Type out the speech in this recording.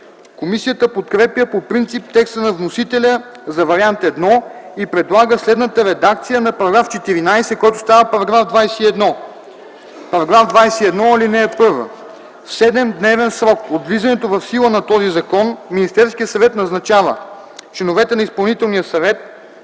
Комисията подкрепя по принцип текста на вносителя за Вариант I и предлага следната редакция на § 14, който става § 21: „§ 21. (1) В 7-дневен срок от влизането в сила на този закон Министерският съвет назначава членовете на изпълнителния съвет